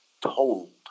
told